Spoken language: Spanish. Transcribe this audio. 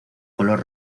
color